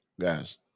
Guys